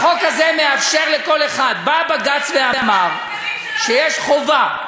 החוק הזה מאפשר לכל אחד, בא בג"ץ ואמר שיש חובה.